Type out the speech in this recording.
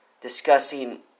discussing